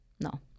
no